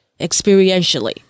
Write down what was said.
experientially